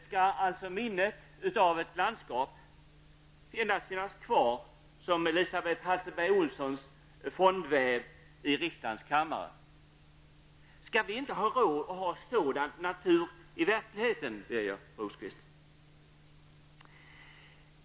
Skall ''Minnet av ett landskap'' endast finnas kvar som Elisabet Hasselberg-Olssons fondväv i riksdagens kammare? Skall vi inte ha råd att ha sådan natur i verkligheten, Birger Rosqvist?